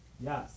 Yes